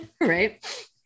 Right